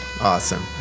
Awesome